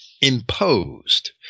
imposed